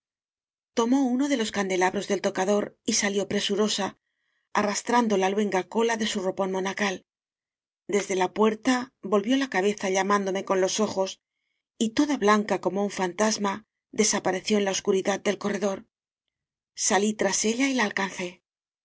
tomó uno de los candelabros del tocador y salió presurosa arrastrando la luenga cola de su ropón monacal desde la puerta vol vió la cabeza llamándome con los ojos y toda blanca como un fantasma desapareció en la oscuridad del corredor salí tras ella y la alcancé